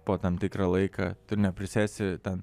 to tam tikrą laiką tu neprisėsi ten